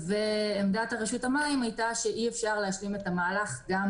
ועמדת רשות המים הייתה שאי אפשר להשלים את המהלך גם